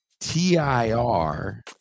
TIR